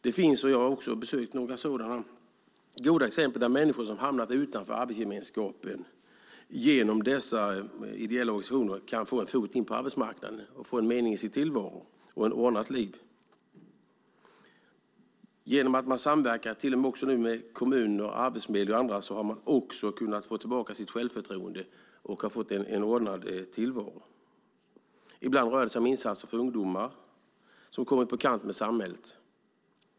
Det finns goda exempel - jag har själv sett det - där människor som hamnat utanför arbetsgemenskapen fått en fot in på arbetsmarknaden och en meningsfull tillvaro tack vare dessa ideella organisationer. Genom samverkan med kommuner, arbetsförmedling och andra har de sett till att dessa människor fått tillbaka självförtroendet och fått en ordnad tillvaro. Ibland rör det sig om insatser för ungdomar som kommit på kant med samhället.